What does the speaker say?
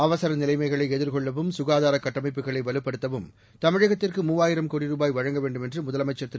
அவசர நிலைமைகளை எதிர்கொள்ளவும் சுகாதார கட்டமைப்புகளை வலுப்படுத்தவும் தமிழகத்திற்கு மூவாயிரம் கோடி ரூபாய் வழங்க வேண்டும் என்று முதலமைச்சர் திரு